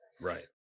Right